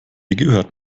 gehört